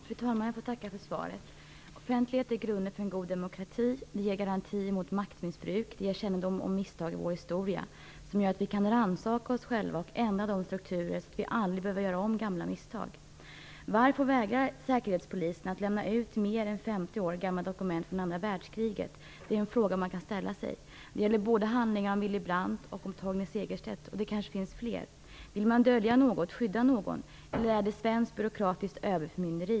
Fru talman! Jag får tacka för svaret. Offentlighet är grunden för en god demokrati. Det ger garantier mot maktmissbruk, och det ger kännedom om misstag i vår historia, som gör att vi kan rannsaka oss själva och ändra strukturer så att vi aldrig behöver göra om gamla misstag. Varför vägrar Säkerhetspolisen att lämna ut mer än 50 år gamla dokument från andra världskriget? Det är en fråga man kan ställa sig. Det gäller både handlingar om Willy Brandt och handlingar om Torgny Segerstedt, och kanske om flera. Vill man dölja något eller skydda någon, eller är det svenskt byråkratiskt överförmynderi?